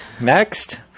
Next